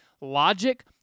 logic